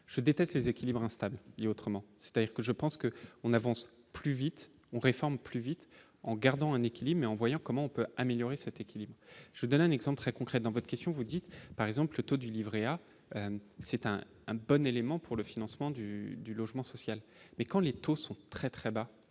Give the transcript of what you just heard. je déteste les équilibres instables et autrement, c'est-à-dire que je pense que on avance plus vite on réforme plus vite en gardant un équilibre mais en voyant comment on peut améliorer cet équilibre, je vous donne un exemple très concret dans votre question, vous dites par exemple le taux du Livret A, c'est un bon élément pour le financement du du logement social, mais quand les taux sont très très bas,